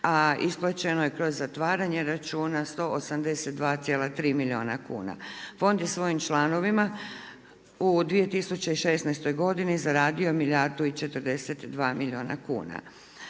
a isplaćeno je kroz zatvaranje računa 182,3 milijuna kuna. Fond je svojim članovima u 2016. godini zaradio milijardu i